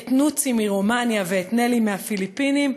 את נוצי מרומניה ואת נלי מהפיליפינים,